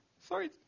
Sorry